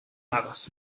magos